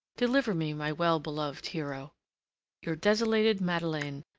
deliver me, my well-beloved hero your desolated madeleine,